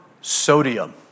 sodium